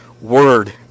Word